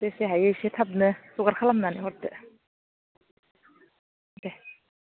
जेसे हायो एसे थाबनो जगार खालामनानै हरदो दे